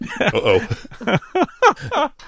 Uh-oh